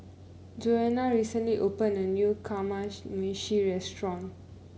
Joana recently opened a new Kamameshi Restaurant